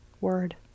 word